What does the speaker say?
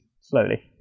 slowly